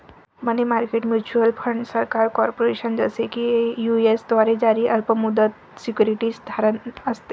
मनी market mutual fund सरकार, corporation, जसे की यू.एस द्वारे जारी अल्प मुदत सिक्युरिटीज धारण असते